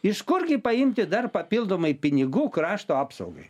iš kurgi paimti dar papildomai pinigų krašto apsaugai